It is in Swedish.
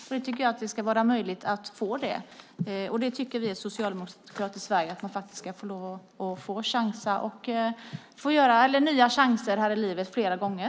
Jag tycker att det ska vara möjligt att få det. Vi socialdemokrater i Sverige tycker att man ska få nya chanser här i livet flera gånger.